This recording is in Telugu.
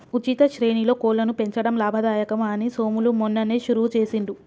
ఉచిత శ్రేణిలో కోళ్లను పెంచడం లాభదాయకం అని సోములు మొన్ననే షురువు చేసిండు